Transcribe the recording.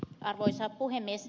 arvoisa puhemies